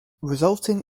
resulting